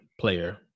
player